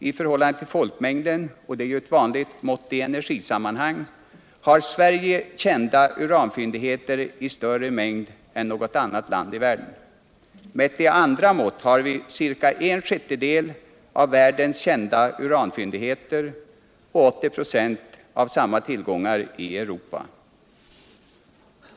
I förhållande till folk mängden — och det är ett vanligt mått i onergisammanhang — har Sverige kända uranfyndigheter i större mängd än något annat land i världen. Mät i andra mått har vi ca en sjättedel av världens kända uranfyndigheter och 80 "; av tillgångarna i Europa.